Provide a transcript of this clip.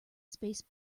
space